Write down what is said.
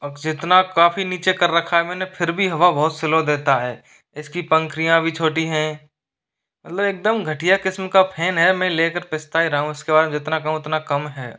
और जितना काफ़ी नीचे कर रखा है मैंने फिर भी हवा बहुत स्लो देता है इसकी पंखुड़ियाँ भी छोटी हैं मतलब एकदम घटिया किस्म का फेन है मैं लेकर पछ्ता ही रहा हूं इसके बारे में जितना कहूं उतना कम है